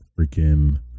freaking